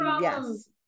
yes